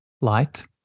light